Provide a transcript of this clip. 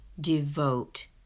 devote